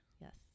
Yes